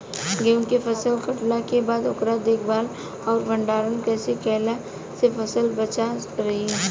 गेंहू के फसल कटला के बाद ओकर देखभाल आउर भंडारण कइसे कैला से फसल बाचल रही?